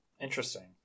interesting